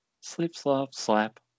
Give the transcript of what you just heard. slip-slop-slap